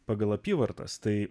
pagal apyvartas tai